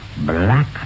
black